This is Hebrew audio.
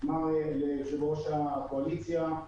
בתשובה ליושב-ראש הקואליציה,